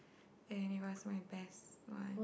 and it was my best one